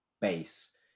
base